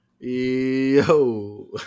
yo